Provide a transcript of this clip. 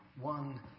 one